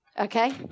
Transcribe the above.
Okay